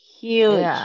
huge